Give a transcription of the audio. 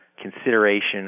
consideration